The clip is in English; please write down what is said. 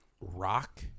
rock